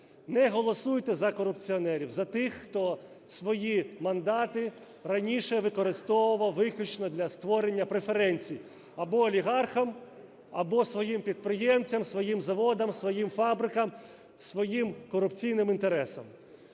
не голосуйте за корупціонерів, за тих, хто свої мандати раніше використовував виключно для створення преференцій або олігархам, або своїм підприємцям, своїм заводам, своїм фабрикам, своїм корупційним інтересам.